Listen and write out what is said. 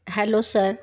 hello sir